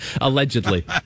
Allegedly